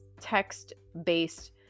text-based